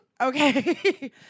Okay